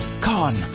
Con